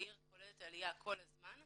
העיר קולטת עלייה כל הזמן.